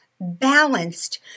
balanced